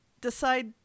decide